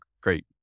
great